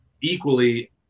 equally